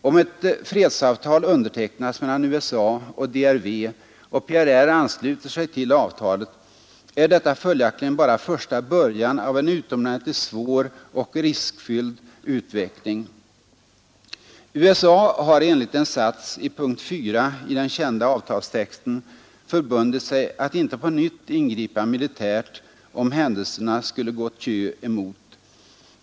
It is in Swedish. Om ett fredsavtal undertecknas mellan USA och DRV och PRR ansluter sig till avtalet, är detta följaktligen bara första början av en utomordentligt svår och riskfylld utveckling. USA har enligt en sats i punkt 4 i den kända avtalstexten förbundit sig att inte på nytt ingripa militärt, om händelserna skulle gå Thieu emot.